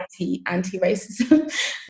anti-racism